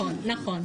נכון, נכון.